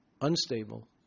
unstable